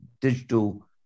digital